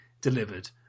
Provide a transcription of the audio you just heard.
delivered